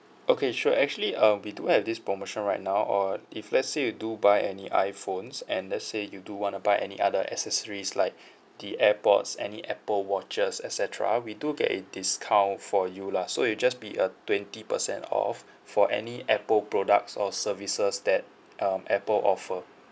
okay sure actually um we do have this promotion right now or if let's say you do buy any iphones and let's say you do wanna buy any other accessories like the airpods any apple watches et cetera we do get a discount for you lah so it'll just be a twenty percent off for any apple products or services that um apple offer